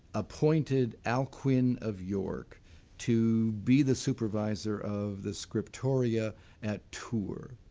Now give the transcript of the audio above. appointed alcuin of york to be the supervisor of the scriptoria at tours.